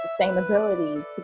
sustainability